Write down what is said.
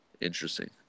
Interesting